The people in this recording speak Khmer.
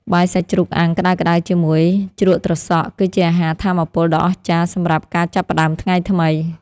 បាយសាច់ជ្រូកអាំងក្តៅៗជាមួយជ្រក់ត្រសក់ គឺជាអាហារថាមពលដ៏អស្ចារ្យសម្រាប់ការចាប់ផ្តើមថ្ងៃថ្មី។